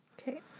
Okay